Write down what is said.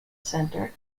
center